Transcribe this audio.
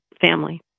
family